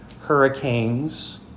hurricanes